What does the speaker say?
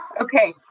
Okay